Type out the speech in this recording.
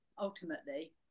ultimately